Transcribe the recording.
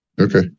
okay